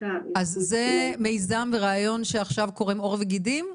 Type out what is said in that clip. אז זה מיזם ורעיון שעכשיו קורם עור וגידים,